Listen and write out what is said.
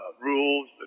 rules